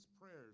prayers